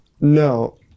No